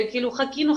חיכינו,